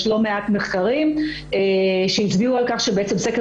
יש לא מעט מחקרים שהצביעו על כך שבעצם סקר